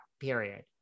period